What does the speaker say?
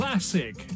Classic